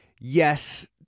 yes